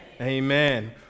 Amen